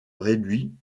réduit